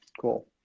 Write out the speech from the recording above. Cool